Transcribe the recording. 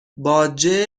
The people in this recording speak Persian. باجه